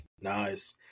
Nice